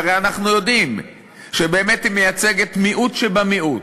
והרי אנחנו יודעים שבאמת היא מייצגת מיעוט שבמיעוט,